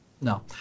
No